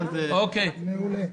מעולה.